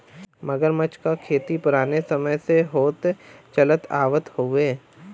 मगरमच्छ क खेती पुराने समय से होत चलत आवत हउवे